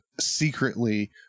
secretly